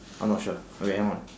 I'm not sure okay hang on